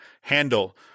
handle